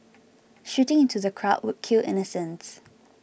shooting into the crowd would kill innocents